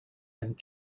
and